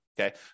Okay